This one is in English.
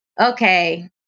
okay